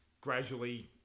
gradually